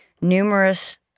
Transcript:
numerous